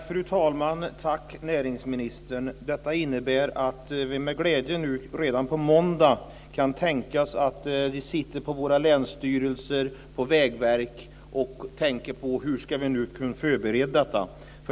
Fru talman! Tack, näringsministern. Detta innebär att vi med glädje redan på måndagen kan tänka att man nu sitter på länsstyrelser och vägverk och funderar hur man ska kunna förbereda detta.